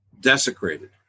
desecrated